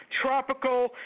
Tropical